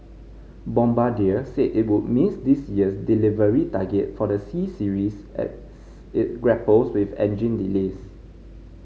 bombardier said it would miss this year's delivery target for the C Series as it grapples with engine delays